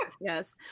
Yes